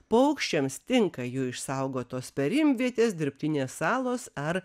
paukščiams tinka jų išsaugotos perimvietės dirbtinės salos ar